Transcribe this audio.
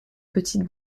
petite